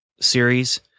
series